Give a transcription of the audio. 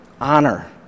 Honor